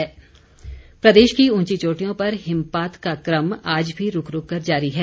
मौसम प्रदेश की ऊंची चोटियों पर हिमपात का क्रम आज भी रूक रूक कर जारी है